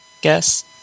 guess